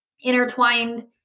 intertwined